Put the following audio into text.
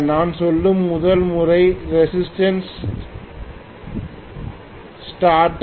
நான் சொல்லும் முதல் முறை ரெசிஸ்டன்ஸ் ஸ்டார்டர்